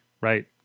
Right